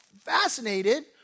fascinated